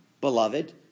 beloved